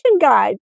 guide